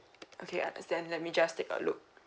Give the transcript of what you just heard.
okay understand let me just take a look